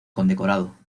condecorado